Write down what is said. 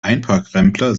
einparkrempler